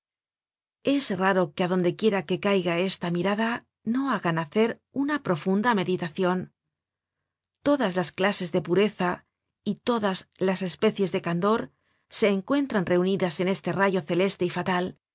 es raro que á donde quiera que caiga esta mirada no haga nacer una profunda meditacion todas las clases de pureza y todas las especies de candor se encuentran reunidas en este rayo celeste y fatal